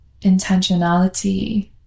intentionality